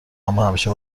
اماهمیشه